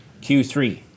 Q3